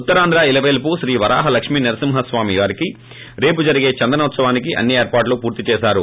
ఉత్తరాంధ్ర ఇలపేల్సు శ్రీ వరాహ లక్ష్మి నరసింహస్సామి వారికి రేపు జరిగే చందనొత్సవానికి అన్ని ఏర్పాట్లు పూర్తిచేసారు